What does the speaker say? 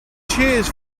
cheers